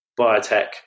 biotech